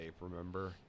remember